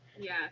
Yes